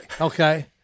okay